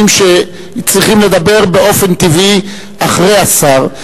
שצריכים לדבר באופן טבעי אחרי השר,